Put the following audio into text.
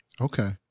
Okay